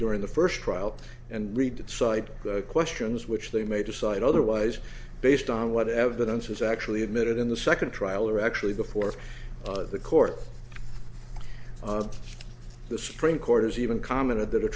during the first trial and read that side questions which they may decide otherwise based on what evidence is actually admitted in the second trial or actually before the court the supreme court has even commented that a